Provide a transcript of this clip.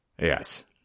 Yes